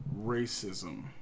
racism